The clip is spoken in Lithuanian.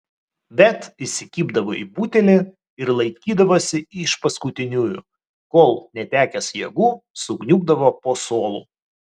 bet įsikibdavo į butelį ir laikydavosi iš paskutiniųjų kol netekęs jėgų sukniubdavo po suolu